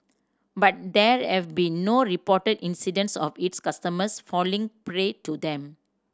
but there have been no reported incidents of its customers falling prey to them